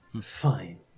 Fine